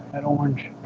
and orange